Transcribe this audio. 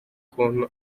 kuntu